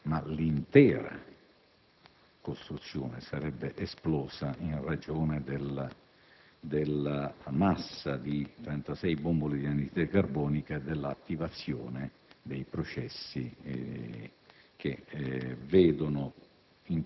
sarebbe stato disintegrato, ma l'intera costruzione sarebbe esplosa in ragione della massa di 36 bombole di anidride carbonica e dell'attivazione di processi